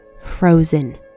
frozen